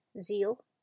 zeal